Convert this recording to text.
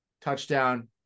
touchdown